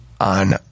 on